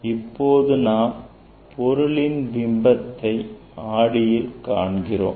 இப்போது நாம் பொருளின் பிம்பத்தை ஆடியில் காண்கிறோம்